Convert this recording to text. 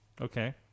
Okay